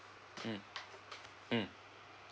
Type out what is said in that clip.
mm mm